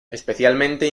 especialmente